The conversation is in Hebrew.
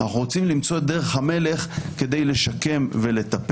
אנחנו רוצים למצוא את דרך המלך כדי לשקם ולטפל.